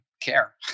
care